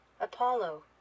Apollo